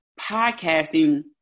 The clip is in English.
podcasting